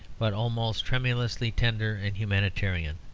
but almost tremulously tender and humanitarian.